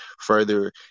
further